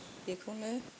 बेखौनो